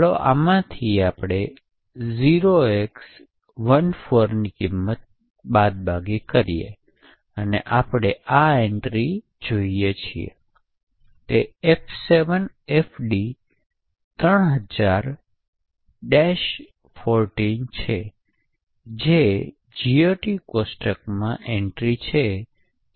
ચાલો આમાંથી 0x14 ની કિંમત બાદબાકી કરીએ અને આપણે આ એન્ટ્રી જોઈએ છીએ તે F7FD3000 14 છે જે GOT કોષ્ટકમાં એન્ટ્રી છે